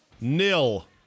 Nil